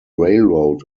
railroad